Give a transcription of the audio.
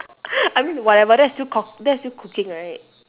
I mean whatever that's still cook that's still cooking right